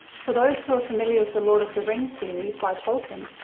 for those who are familiar with the lord of the rings series by tolkien,